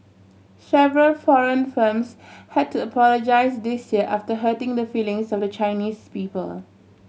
several foreign firms had to apologise this year after hurting the feelings of the Chinese people